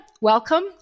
welcome